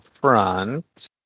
front